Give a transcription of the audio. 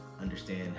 understand